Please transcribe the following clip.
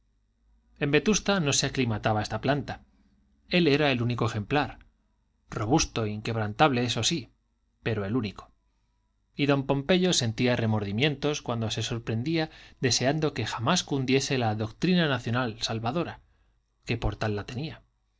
en vetusta no se aclimataba esta planta él era el único ejemplar robusto inquebrantable eso sí pero el único y don pompeyo sentía remordimientos cuando se sorprendía deseando que jamás cundiese la doctrina racional salvadora que por tal la tenía